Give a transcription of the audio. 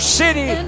city